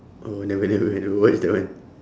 oh I never never I never watch that one